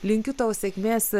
linkiu tau sėkmės